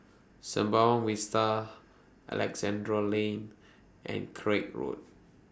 Sembawang Vista Alexandra Lane and Craig Road